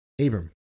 Abram